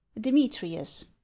Demetrius